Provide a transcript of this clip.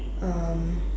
um